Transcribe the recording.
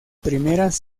primeras